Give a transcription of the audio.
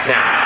Now